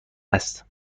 است